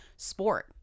sport